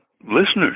listeners